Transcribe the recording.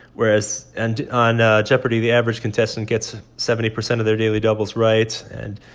whereas and on ah jeopardy! the average contestant gets seventy percent of their daily doubles right. and,